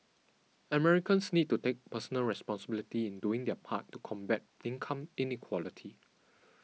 Americans need to take personal responsibility in doing their part to combat income inequality